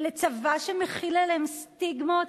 לצבא שמחיל עליהן סטיגמות?